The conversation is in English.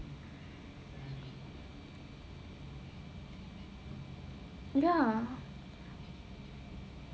ya